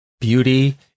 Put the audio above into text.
beauty